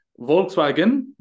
Volkswagen